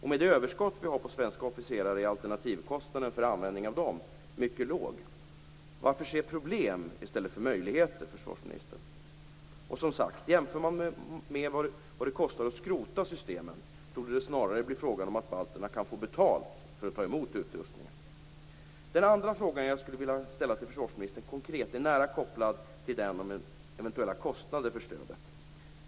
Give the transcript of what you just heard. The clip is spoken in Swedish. Med det överskott vi har på svenska officerare är alternativkostnaden för användning av dem mycket låg. Varför se problem i stället för möjligheter, försvarsministern? Som sagt: Jämfört med vad det kostar att skrota systemen torde det snarare bli fråga om att balterna kan få betalt för att ta emot utrustningen. Den andra konkreta fråga jag skulle vilja ställa till försvarsministern är nära kopplad till den om eventuella kostnader för stödet.